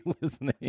listening